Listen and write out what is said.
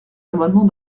amendement